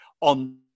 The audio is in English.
on